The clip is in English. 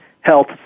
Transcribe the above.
health